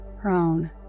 prone